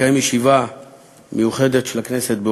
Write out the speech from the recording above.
ותתקיים ישיבה מיוחדת של הכנסת באושוויץ.